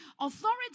Authority